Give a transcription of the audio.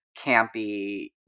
campy